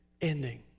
ending